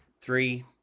Three